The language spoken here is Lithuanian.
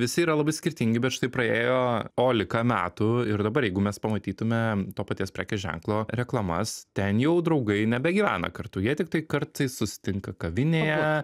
visi yra labai skirtingi bet štai praėjo olika metų ir dabar jeigu mes pamatytume to paties prekės ženklo reklamas ten jau draugai nebegyvena kartu jie tiktai kartais susitinka kavinėje